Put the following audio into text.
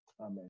amen